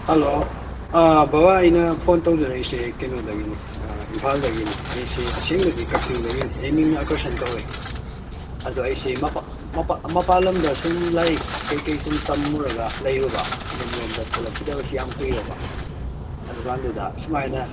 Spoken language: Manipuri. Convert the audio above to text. ꯍꯜꯂꯣ ꯕꯕꯥ ꯑꯩꯅ ꯐꯣꯟ ꯇꯧꯖꯔꯛꯏꯁꯦ ꯀꯩꯅꯣꯗꯒꯤꯅꯤ ꯏꯝꯐꯥꯜꯗꯒꯤꯅꯤ ꯑꯩꯁꯦ ꯑꯁꯦꯡꯕꯗꯤ ꯀꯛꯆꯤꯡꯗꯒꯤꯅꯤ ꯑꯩ ꯃꯤꯡꯅ ꯑꯀꯔꯁꯟ ꯀꯧꯋꯤ ꯑꯗꯨ ꯑꯩꯁꯤ ꯃꯄꯥꯟ ꯂꯝꯗ ꯁꯨꯝ ꯂꯥꯏꯔꯤꯛ ꯀꯔꯤ ꯀꯔꯤ ꯁꯨꯝ ꯇꯝꯃꯨꯔꯒ ꯂꯩꯔꯨꯕ ꯌꯨꯝ ꯂꯣꯝꯗ ꯊꯣꯛꯂꯛꯈꯤꯗꯕꯁꯨ ꯌꯥꯝ ꯀꯨꯏꯔꯕ ꯑꯗꯨ ꯀꯥꯟꯗꯨꯗ ꯁꯨꯃꯥꯏꯅ